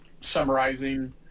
summarizing